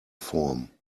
form